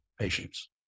patients